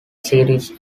series